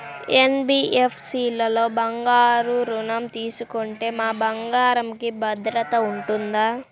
NBFC లలో బంగారు ఋణం తీసుకుంటే మా బంగారంకి భద్రత ఉంటుందా?